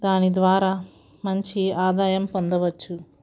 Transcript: దాని ద్వారా మంచి ఆదాయం పొందవచ్చు